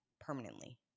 permanently